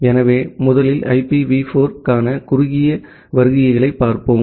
எனவே முதலில் ஐபிவி 4 க்கான குறுகிய வருகைகளைப் பார்ப்போம்